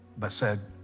but said